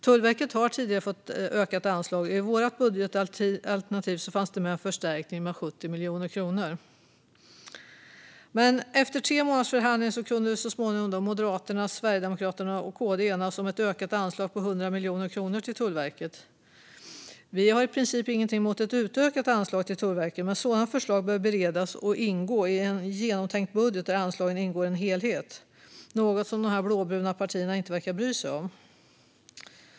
Tullverket har tidigare fått ökade anslag, och i vårt budgetalternativ fanns det med en förstärkning med 70 miljoner kronor. Efter tre månaders förhandling kunde dock Moderaterna, Sverigedemokraterna och KD så småningom enas om ett ökat anslag på 100 miljoner kronor till Tullverket. Vi har i princip ingenting emot ett utökat anslag till Tullverket, men sådana förslag bör beredas och ingå i en genomtänkt budget där anslagen ingår i en helhet, något som de blåbruna partierna inte verkar bry sig om.